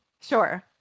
Sure